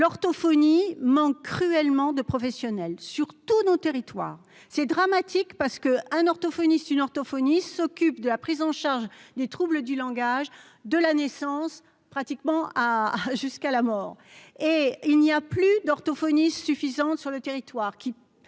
l'orthophonie manque cruellement de professionnels sur tous nos territoires c'est dramatique parce que un orthophoniste, une orthophoniste s'occupe de la prise en charge des troubles du langage, de la naissance pratiquement à jusqu'à la mort et il n'y a plus d'orthophonie suffisante sur le territoire